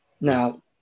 Now